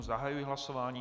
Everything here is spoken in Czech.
Zahajuji hlasování.